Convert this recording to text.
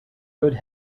good